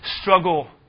struggle